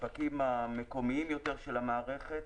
בספקים המקומיים יותר של המערכת.